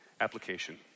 application